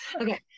Okay